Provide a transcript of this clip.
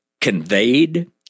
conveyed